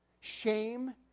shame